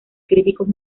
críticos